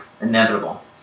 Inevitable